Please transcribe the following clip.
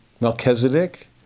Melchizedek